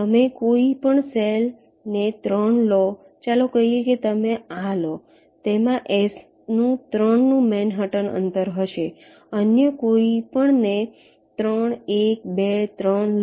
તમે કોઈ પણ સેલ ને 3 લો ચાલો કહીએ કે તમે આ લો તેમાં S નું 3 નું મેનહટન અંતર હશે અન્ય કોઈપણ ને 3 1 2 3 લો